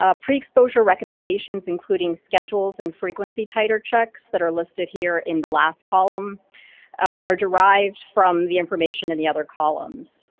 ah pre-exposure recommendations including schedules and frequency titer checks that are listed here in the last column are derived from the information in the other columns.